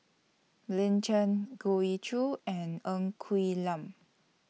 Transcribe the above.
Lin Chen Goh Ee Choo and Ng Quee Lam